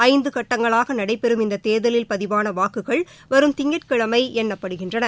ஐந்து கட்டங்களாக நடைபெறும் இந்த தேர்தலில் பதிவான வாக்குகள் வரும் திங்கட்கிழமை எண்ணப்படுகின்றன